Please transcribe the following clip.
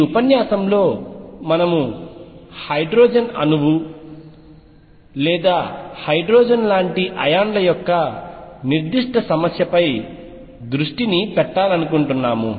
ఈ ఉపన్యాసంలో మనము హైడ్రోజన్ అణువు లేదా హైడ్రోజన్లాంటి అయాన్ల యొక్క నిర్దిష్ట సమస్యపై దృష్టి పెట్టాలనుకుంటున్నాము